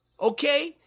okay